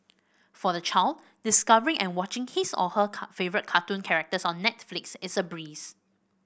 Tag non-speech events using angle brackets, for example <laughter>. for the child discovering and watching his or her <unintelligible> favourite cartoon characters on Netflix is a breeze